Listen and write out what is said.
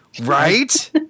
Right